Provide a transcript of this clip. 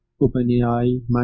OpenAI